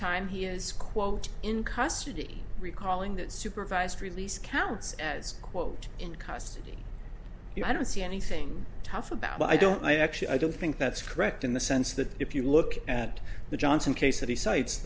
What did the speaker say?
time he is quote in custody recalling that supervised release counts as quote in custody and i don't see anything tough about i don't i actually i don't think that's correct in the sense that if you look at the johnson case that he cites